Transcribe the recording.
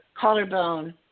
collarbone